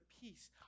peace